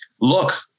look